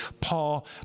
Paul